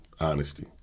honesty